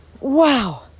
Wow